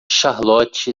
charlotte